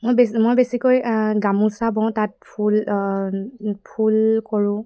মই বেছি মই বেছিকৈ গামোচা বওঁ তাত ফুল ফুল কৰোঁ